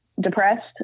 depressed